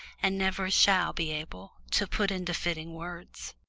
and never shall be able, to put into fitting words.